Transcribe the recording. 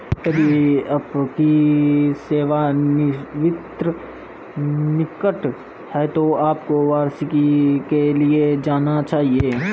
यदि आपकी सेवानिवृत्ति निकट है तो आपको वार्षिकी के लिए जाना चाहिए